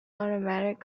automatic